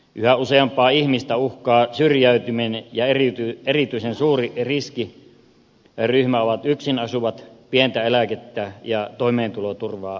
yhä useampaa ihmistä uhkaa syrjäytyminen ja erityisen suuri riskiryhmä ovat yksin asuvat pientä eläkettä ja toimeentuloturvaa saavat ihmiset